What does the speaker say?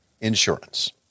insurance